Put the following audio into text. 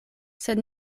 sed